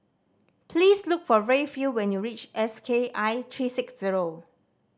please look for Rayfield when you reach S K I three six zero